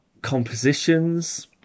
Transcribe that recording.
compositions